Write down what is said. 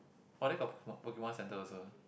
!wah! then got Pokemon center also eh